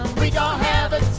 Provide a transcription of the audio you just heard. we don't have a